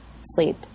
sleep